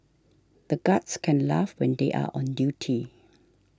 the guards can't laugh when they are on duty